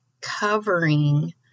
covering